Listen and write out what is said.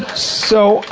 so,